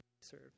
serve